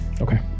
Okay